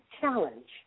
challenge